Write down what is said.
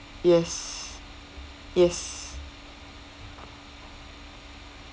yes yes